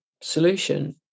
solution